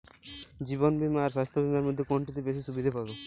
জীবন বীমা আর স্বাস্থ্য বীমার মধ্যে কোনটিতে বেশী সুবিধে পাব?